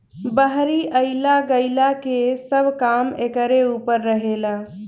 बहरी अइला गईला के सब काम एकरे ऊपर रहेला